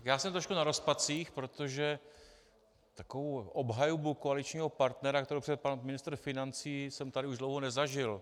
Já jsem trošku na rozpacích, protože takovou obhajobu koaličního partnera, kterou předvedl pan ministr financí, jsem tady už dlouho nezažil.